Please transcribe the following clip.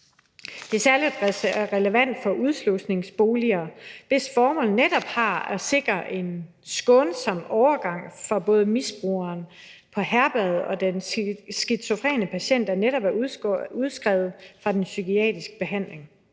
Det er særlig relevant for udslusningsboliger, hvis formål netop er at sikre en skånsom overgang for både misbrugeren på herberget og den skizofrene patient, der netop er udskrevet fra den psykiatriske behandling.